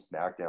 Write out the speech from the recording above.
SmackDown